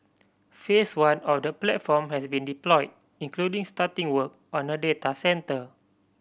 Phase One of the platform has been deployed including starting work on a data centre